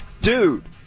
Dude